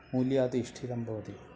मूल्यादि इष्ठितं भवति